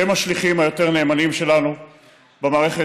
הם השליחים היותר-נאמנים שלנו במערכת,